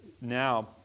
now